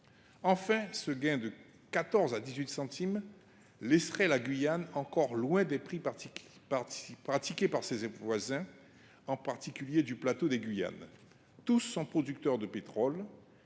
Enfin, ce gain de 14 centimes à 18 centimes laisserait la Guyane encore loin des prix pratiqués par ses voisins, en particulier sur le plateau des Guyanes. Tous sont producteurs de pétrole.